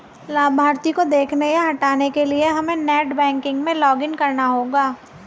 लाभार्थी को देखने या हटाने के लिए हमे नेट बैंकिंग में लॉगिन करना होगा